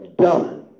done